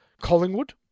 Collingwood